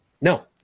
No